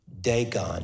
Dagon